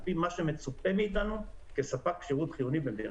פי מה שמצופה מאיתנו כספק שירות חיוני במדינת ישראל.